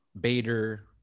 Bader